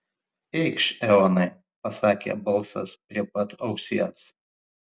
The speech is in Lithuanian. eikš eonai pasakė balsas prie pat ausies